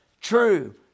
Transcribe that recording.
true